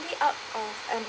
out of um